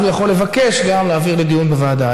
אז הוא יכול לבקש גם להעביר לדיון בוועדה.